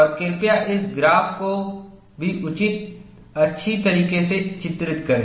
और कृपया इस ग्राफको भी अच्छी तरीके से चित्रित करें